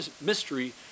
mystery